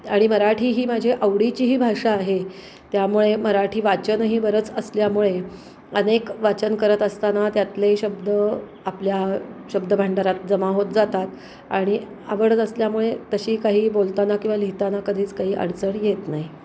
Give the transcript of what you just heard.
आणि मराठी ही माझी आवडीचीही भाषा आहे त्यामुळे मराठी वाचनही बरंच असल्यामुळे अनेक वाचन करत असताना त्यातले शब्द आपल्या शब्दभांडारात जमा होत जातात आणि आवडत असल्यामुळे तशी काही बोलताना किंवा लिहिताना कधीच काही अडचण येत नाही